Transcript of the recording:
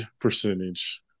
percentage